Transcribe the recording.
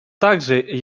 также